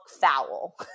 foul